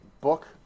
book